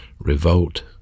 revolt